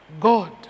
God